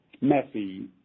messy